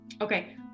Okay